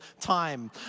time